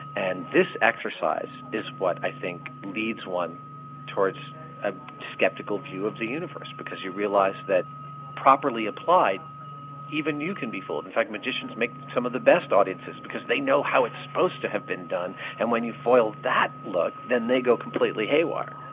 and this exercise is what i think leads one towards a skeptical view of the universe, because you realise that properly applied even you can be fooled. in fact magicians make some of the best audiences because they know how it's supposed to have been done and when you foiled that look then they go completely haywire.